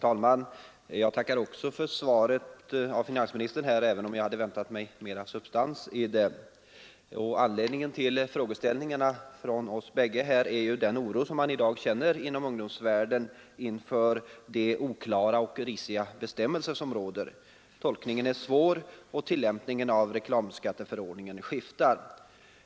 Herr talman! Också jag tackar finansministern för svaret. Jag hade emellertid väntat mig mera substans i det. Anledningen till de frågor som framställts är den oro som man i dag känner inom ungdomsrörelserna inför de oklara och risiga bestämmelser som råder. Tolkningen är svår och tillämpningen av reklamskatteförordningen skiftar.